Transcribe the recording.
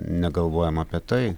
negalvojom apie tai